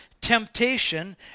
temptation